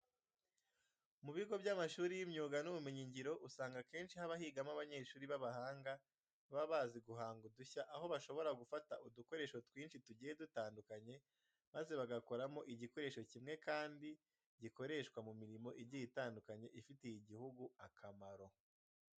Mu bigo by'amashuri y'imyuga n'ubumenyingiro usanga akenshi haba higamo abanyeshuri b'abahanga baba bazi guhanga udushya, aho bashobora gufata udukoresho twinshi tugiye dutandukanye maze bagakoramo igikoresho kimwe kandi gikoreshwa mu mirimo igiye itandukanye ifitiye igihugu akamaro.